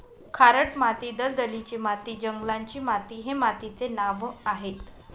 खारट माती, दलदलीची माती, जंगलाची माती हे मातीचे नावं आहेत